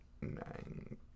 nine